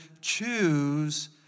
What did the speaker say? choose